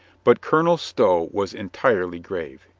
but colonel stow was entirely grave.